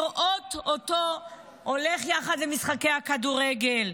וללכת איתו יחד למשחקי הכדורגל,